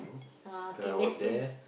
uh okay basic